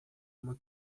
uma